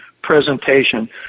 presentation